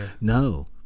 No